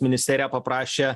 ministerija paprašė